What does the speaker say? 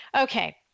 Okay